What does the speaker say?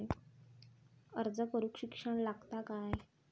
अर्ज करूक शिक्षण लागता काय?